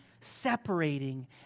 separating